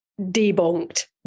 debunked